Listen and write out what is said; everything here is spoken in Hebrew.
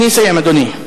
אני אסיים, אדוני.